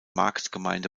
marktgemeinde